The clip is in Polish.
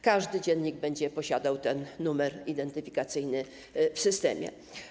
Każdy dziennik będzie posiadał numer identyfikacyjny w systemie.